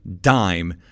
dime